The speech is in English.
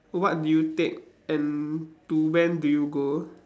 what do you take and to when do you go